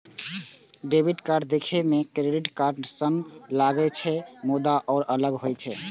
debit card देखै मे credit card सन लागै छै, मुदा ओ अलग होइ छै